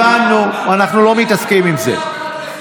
הבנו, אנחנו לא מתעסקים עם זה.